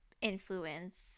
influence